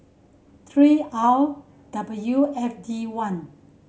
three R W F D one